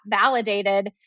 validated